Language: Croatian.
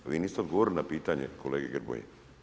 Vi niste odgovorili na pitanje kolegi Grmoji.